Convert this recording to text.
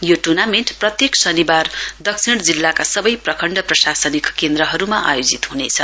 यो ट्र्नामेण्ट प्रत्येक शनिबार दक्षिण जिल्लाका सबै प्रखण्ड प्रशासनिक केन्द्रहरूमा आयोजित ह्नेछ